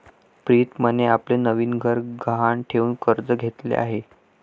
प्रीतमने आपले नवीन घर गहाण ठेवून कर्ज घेतले आहे